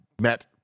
met